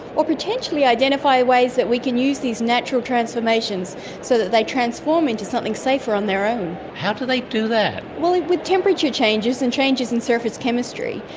or potentially identify ways that we can use these natural transformations so that they transform into something safer on their own. how do they do that? well, with temperature changes and changes in surface chemistry,